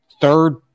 third